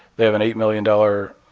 they have an eight million dollars